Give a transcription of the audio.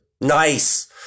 Nice